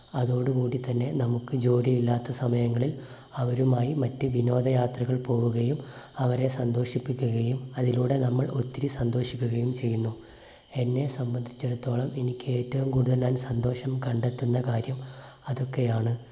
അതോടുകൂടിത്തന്നെ നമുക്ക് ജോലിയില്ലാത്ത സമയങ്ങളിൽ അവരുമായി മറ്റ് വിനോദയാത്രകൾ പോകുകയും അവരെ സന്തോഷിപ്പിക്കുകയും അതിലൂടെ നമ്മൾ ഒത്തിരി സന്തോഷിക്കുകയും ചെയ്യുന്നു എന്നെ സംബന്ധിച്ചിടത്തോളം എനിക്കേറ്റവും കൂടുതലായ് സന്തോഷം കണ്ടെത്തുന്ന കാര്യം അതൊക്കെയാണ്